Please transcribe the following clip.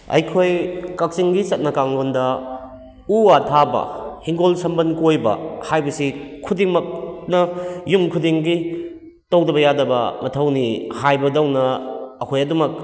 ꯑꯩꯈꯣꯏ ꯀꯛꯆꯤꯡꯒꯤ ꯆꯠꯅ ꯀꯥꯡꯂꯣꯟꯗ ꯎ ꯋꯥ ꯊꯥꯕ ꯍꯤꯡꯒꯣꯜ ꯁꯝꯕꯜ ꯀꯣꯏꯕ ꯍꯥꯏꯕꯁꯤ ꯈꯨꯗꯤꯡꯃꯛꯅ ꯌꯨꯝꯈꯨꯗꯤꯡꯒꯤ ꯇꯧꯗꯕ ꯌꯥꯗꯕ ꯃꯊꯧꯅꯤ ꯍꯥꯏꯕꯗꯧꯅ ꯑꯩꯈꯣꯏ ꯑꯗꯨꯃꯛ